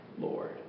Lord